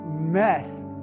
mess